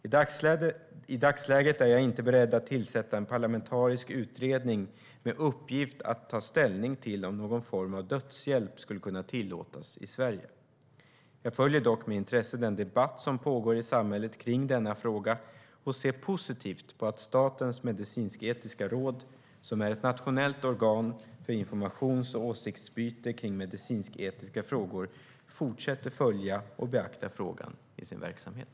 I dagsläget är jag inte beredd att tillsätta en parlamentarisk utredning med uppgift att ta ställning till om någon form av dödshjälp skulle kunna tillåtas i Sverige. Jag följer dock med intresse den debatt som pågår i samhället kring denna fråga och ser positivt på att Statens medicinsk-etiska råd, som är ett nationellt organ för informations och åsiktsbyte kring medicinsk-etiska frågor, fortsätter följa och beakta frågan i sin verksamhet.